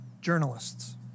journalists